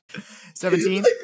Seventeen